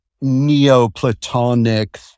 neoplatonic